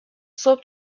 صبح